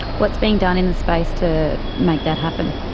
what's being done in the space to make that happen?